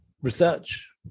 research